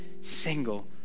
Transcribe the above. single